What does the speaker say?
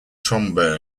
trombone